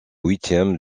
huitièmes